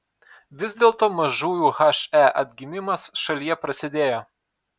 vis dėlto mažųjų he atgimimas šalyje prasidėjo